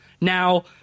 Now